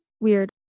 weird